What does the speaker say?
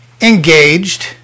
engaged